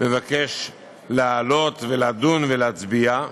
מבקש להעלות, לדון בה ולהצביע,